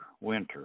Winter